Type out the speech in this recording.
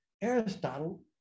Aristotle